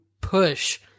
push